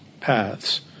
paths